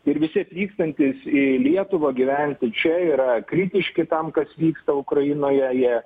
ir visi atvykstantys į lietuvą gyventi čia yra kritiški tam kas vyksta ukrainoje jie